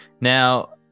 Now